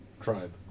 tribe